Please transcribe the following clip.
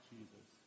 Jesus